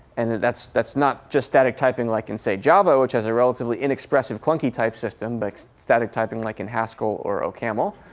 and that's that's not just static typing like in, say, java, which has a relatively inexpressive clunky type system, but static typing like in haskell or ocaml.